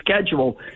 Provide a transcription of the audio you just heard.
schedule